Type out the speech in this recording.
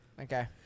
Okay